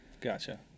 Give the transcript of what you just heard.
Gotcha